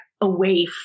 away